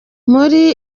muri